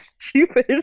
stupid